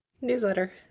Newsletter